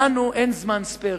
לנו אין זמן ספייר,